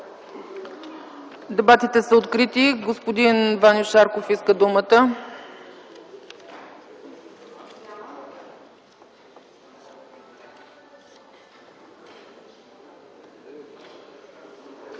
Дебатите са открити. Господин Ваньо Шарков иска думата.